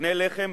לפני לחם,